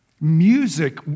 Music